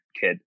kid